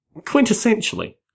quintessentially